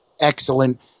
Excellent